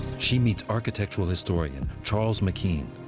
she meets architectural historian charles mckean.